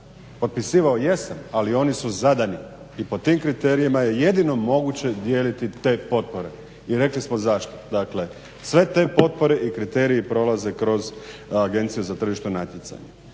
Potpisivao jesam ali oni su zadani i po tim kriterijima je jedno moguće dijeliti te potpore. I rekli smo zašto. Dakle sve te potpore i kriteriji prolaze kroz Agenciju za tržišno natjecanje.